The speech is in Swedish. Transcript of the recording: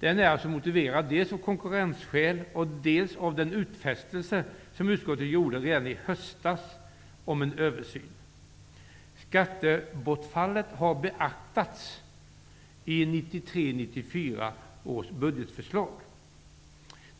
Det motiveras dels av konkurrensskäl, dels av den utfästelse som utskottet gjorde redan i höstas om en översyn. Skattebortfallet har beaktats i 1993/94 års budgetförslag.